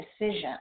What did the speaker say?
decision